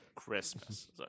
christmas